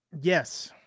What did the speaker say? Yes